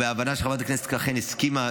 בהבנה שחברת הכנסת אכן הסכימה,